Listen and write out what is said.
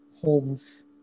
homes